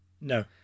No